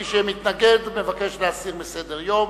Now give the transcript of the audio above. ומי שמתנגד מבקש להסירו מסדר-היום.